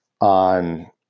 on